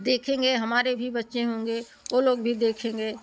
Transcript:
देखेंगे हमारे भी बच्चे होंगे ओ लोग भी देखेंगे